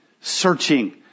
searching